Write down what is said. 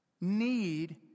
need